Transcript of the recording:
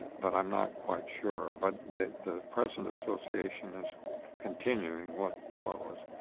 but i'm not quite sure. but the the present association is continuing what what was